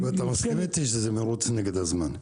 אבל אתה מסכים איתי שזה מרוץ נגד הזמן?